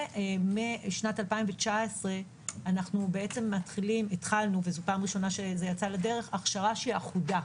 ומשנת 2019 אנו התחלנו וזו פעם ראשונה שזה יצא לדרך - הכשרה אחודה,